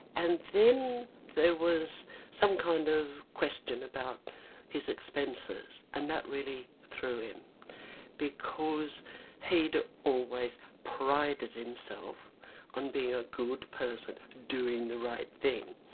and then there was some kind of question about his expenses and that really threw him because he'd always prided himself on being a good person, doing the right thing.